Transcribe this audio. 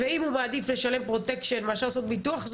אם הוא מעדיף לשלם פרוטקשן מאשר לעשות ביטוח,